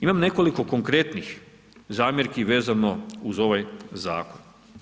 Imam nekoliko konkretnih zamjerki vezano uz ovaj zakon.